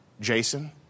Jason